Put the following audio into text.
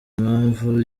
impamvu